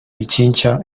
pichincha